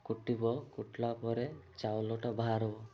କୁଟିବ କୁଟିଲା ପରେ ଚାଉଳଟା ବାହାରିବ